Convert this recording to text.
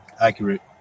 accurate